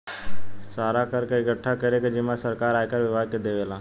सारा कर के इकठ्ठा करे के जिम्मा सरकार आयकर विभाग के देवेला